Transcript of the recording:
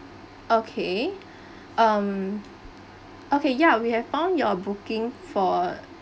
okay um okay ya we have found your booking for